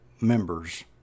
members